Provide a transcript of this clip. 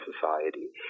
society